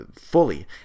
fully